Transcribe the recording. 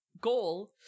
goal